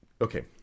okay